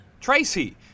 Tracy